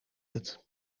het